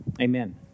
Amen